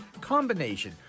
combination